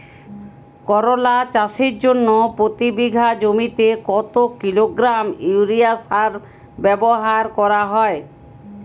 করলা চাষের জন্য প্রতি বিঘা জমিতে কত কিলোগ্রাম ইউরিয়া সার ব্যবহার করা হয়?